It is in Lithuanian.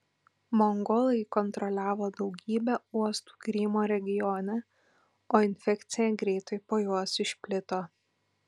mongolai kontroliavo daugybę uostų krymo regione o infekcija greitai po juos išplito